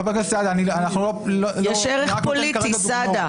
חבר הכנסת סעדה, אני רק מביא כרגע דוגמאות.